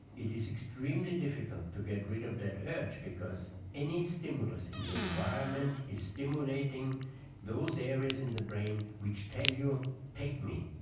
it is extremely difficult to get rid of that urge because any stimulus in your environment is stimulating those areas in the brain which tell you take me,